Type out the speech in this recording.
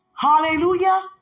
Hallelujah